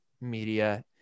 media